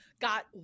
got